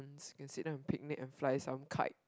can sit down and picnic and fly some kite